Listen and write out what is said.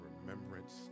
remembrance